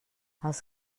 els